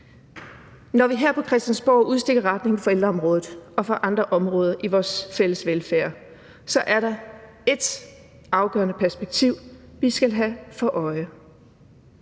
Når vi her på Christiansborg udstikker retningen for ældreområdet og for andre områder i vores fælles velfærd, så er der ét afgørende perspektiv, vi skal have for øje: